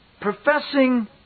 professing